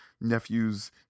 nephews